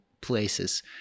places